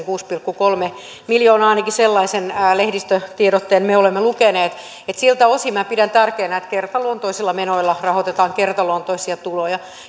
kuusi pilkku kolme miljoonaa ainakin sellaisen lehdistötiedotteen me olemme lukeneet siltä osin minä pidän tärkeänä että kertaluontoisilla tuloilla rahoitetaan kertaluontoisia